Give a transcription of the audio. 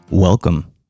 Welcome